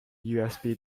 usb